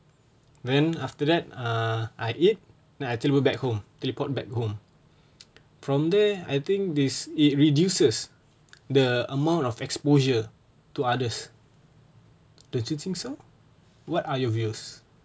then after that uh I eat then I back home teleport back home from there I think this it reduces the amount of exposure to others don't you think so what are your views